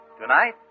Tonight